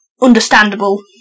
understandable